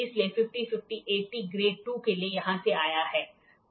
इसलिए 50 50 80 ग्रेड 2 के लिए यहाँ से आया है